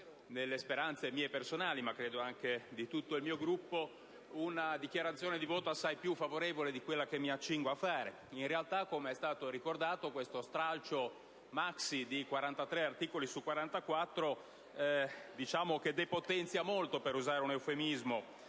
nelle speranze mie personali, ma credo anche di tutto il mio Gruppo, una dichiarazione di voto assai più favorevole di quella che mi accingo a fare. In realtà, com'è stato ricordato, lo stralcio maxi, di 43 articoli su 44, depotenzia molto - per usare un eufemismo